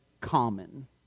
common